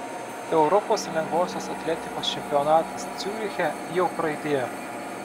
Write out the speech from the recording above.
europos lengvosios atletikos čempionatas ciuriche jau praeityje